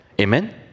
Amen